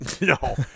No